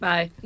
Bye